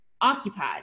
occupied